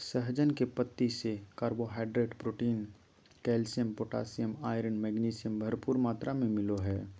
सहजन के पत्ती से carbohydrate, protein, calcium, potassium, iron, magnesium, भरपूर मात्रा में मिलो हइ